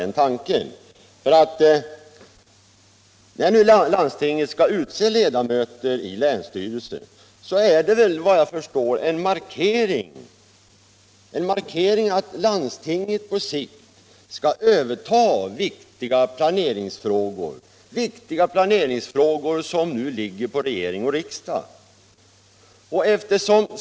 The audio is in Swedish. När nu landstinget skall utse ledamöter i länsstyrelsen är det vad jag förstår en markering av att landstinget på sikt skall överta viktiga planeringsfrågor som f.n. ligger på regering och riksdag.